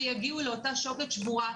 ויגיעו לאותה שוקת שבורה,